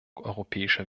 europäischer